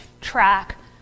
track